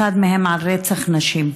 אחד מהם על רצח נשים.